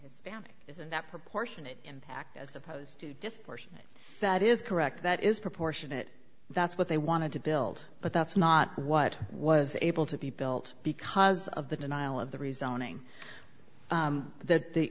hispanic isn't that proportionate impact as opposed to just four that is correct that is proportionate that's what they wanted to build but that's not what was able to be built because of the denial of the rezoning that the